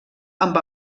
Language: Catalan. amb